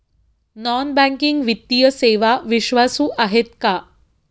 Non banking वित्तीय सेवा विश्वासू आहेत का?